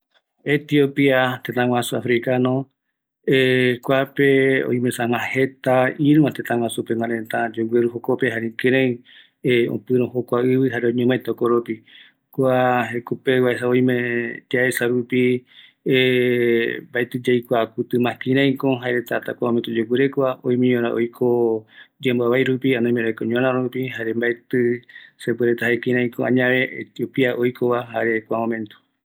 Kua etiopia jaeve africano, kuape oïmema esagua, ïru tëtä guasu peguarete ou kua tëtä pe, jare oiko vaera jaereta ndive, jokoropi oyoavïko jekoreta, ëreï añave oiko reta vaera, jaeretako oikua mbaeko oasa jare añaverupi oikoreta vaera